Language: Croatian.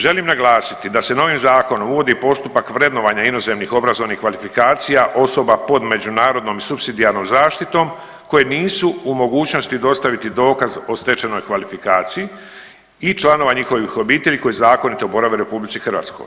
Želim naglasiti da se novim zakonom uvodi postupak vrednovanja inozemnih obrazovnih kvalifikacija osoba pod međunarodnom i supsidijarnom zaštitom koje nisu u mogućnosti dostaviti dokaz o stečenoj kvalifikaciji i članova njihovih obitelji koji zakonito borave u RH.